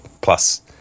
plus